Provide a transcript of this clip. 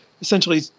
Essentially